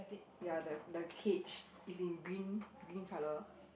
ya the the cage is in green green colour